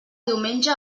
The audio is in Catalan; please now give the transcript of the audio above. diumenge